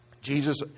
Jesus